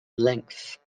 length